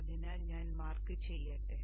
അതിനാൽ ഞാൻ മാർക്ക് ചെയ്യട്ടെ